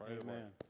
Amen